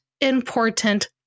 important